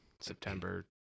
September